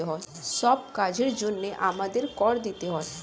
সব কাজের জন্যে আমাদের কর দিতে হয়